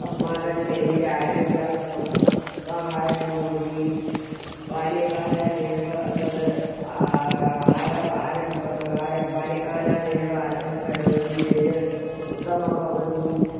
अस्माकं शरीरस्य आरोग्यार्थं साहाय्यं भवति बाल्यकालादेव तद् आरव् आरम्भं बाल्यकालादेव आरम्भं करोति चेद् उत्तमं भवति